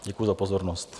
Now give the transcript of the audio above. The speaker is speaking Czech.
Děkuji za pozornost.